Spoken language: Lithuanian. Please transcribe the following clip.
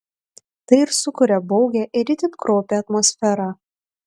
tai ir sukuria baugią ir itin kraupią atmosferą